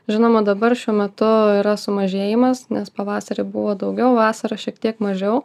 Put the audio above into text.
žinoma dabar šiuo metu yra sumažėjimas nes pavasarį buvo daugiau vasarą šiek tiek mažiau